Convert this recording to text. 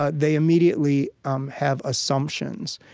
ah they immediately um have assumptions.